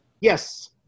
Yes